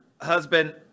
husband